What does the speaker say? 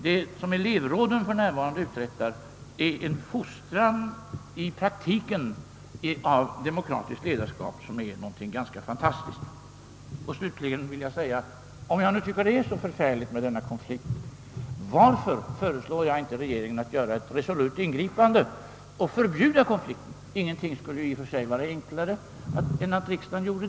Det elevråden för närvarande uträttar är en fostran i praktiken till demokratiskt ledarskap som är helt fantastiskt. Om jag nu tycker att denna konflikt är så allvarlig, varför föreslår jag då inte regeringen att göra ett resolut ingripande och förbjuda konflikten? Ingenting vore ju i och för sig enklare.